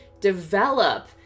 Develop